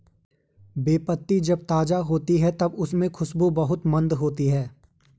बे पत्ती जब ताज़ा होती है तब उसमे खुशबू बहुत मंद होती है